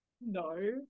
No